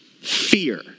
fear